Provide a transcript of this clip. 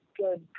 good